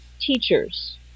teachers